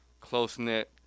close-knit